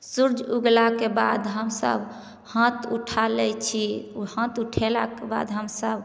सूर्ज उगलाके बाद हमसब हाथ उठा लै छी हाथ उठेलाक बाद हमसब